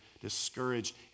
discouraged